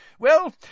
Well